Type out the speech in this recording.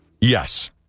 Yes